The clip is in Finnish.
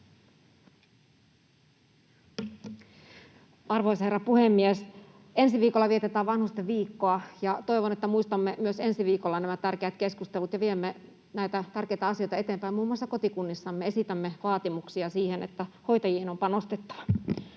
Arvoisa herra puhemies! Ensi viikolla vietetään vanhusten viikkoa, ja toivon, että muistamme myös ensi viikolla nämä tärkeät keskustelut ja viemme näitä tärkeitä asioita eteenpäin, muun muassa kotikunnissamme esitämme vaatimuksia siihen, että hoitajiin on panostettava.